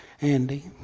Andy